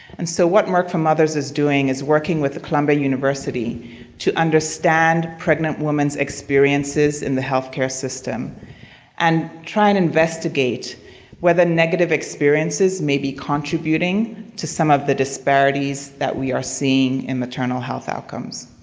and so what merck for mothers is doing is working with columbia university to understand pregnant women's experiences in the healthcare system and try and investigate whether negative experiences may be contributing to some of the disparities that we are seeing in maternal health outcomes.